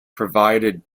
provided